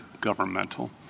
governmental